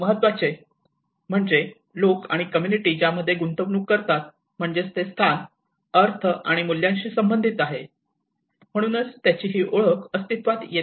महत्त्वाचे म्हणजे लोक आणि कम्युनिटी ज्यामध्ये गुंतवणूक करतात म्हणजेच ते स्थान अर्थ आणि मूल्यांशी संबंधित आहे म्हणूनच ही ओळख अस्तित्त्वात येते